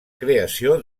creació